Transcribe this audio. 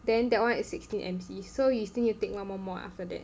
then that one is sixteen M_C so you still need take one more mod after that